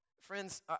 Friends